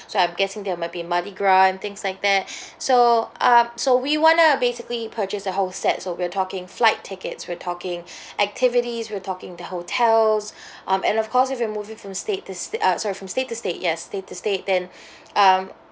so I'm guessing there might be mardi gras and things like that so um so we want to basically purchase a whole set so we're talking flight tickets we're talking activities we're talking the hotels um and of course if you're moving from state to uh sorry from state to state yes state to state then um